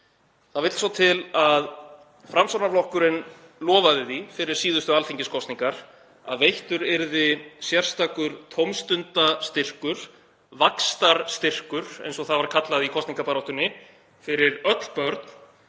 Það vill svo til að Framsóknarflokkurinn lofaði því fyrir síðustu alþingiskosningar að veittur yrði sérstakur tómstundastyrkur, vaxtarstyrkur eins og það var kallað í kosningabaráttunni, fyrir öll börn